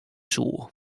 soe